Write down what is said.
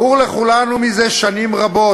ברור לכולנו זה שנים רבות,